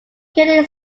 currently